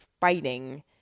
fighting